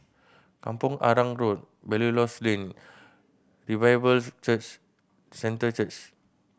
Kampong Arang Road Belilios Lane Revival Church Centre Church